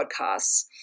podcasts